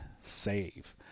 SAVE